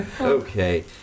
Okay